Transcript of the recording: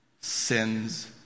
sins